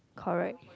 correct